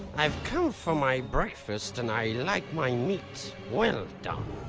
i've come for my breakfast! and i like my meat well done.